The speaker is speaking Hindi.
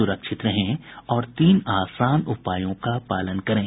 सुरक्षित रहें और इन तीन आसान उपायों का पालन करें